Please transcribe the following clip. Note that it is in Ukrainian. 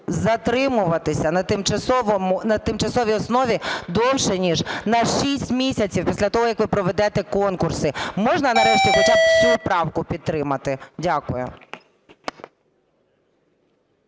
затримуватися на тимчасовій основі довше ніж на 6 місяців після того, як ви проведете конкурси. Можна нарешті хоча би цю правку підтримати? Дякую.